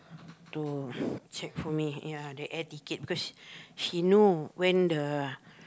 to check for me ya the air ticket because he know when the